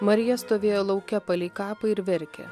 marija stovėjo lauke palei kapą ir verkė